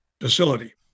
facility